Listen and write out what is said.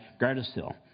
Gardasil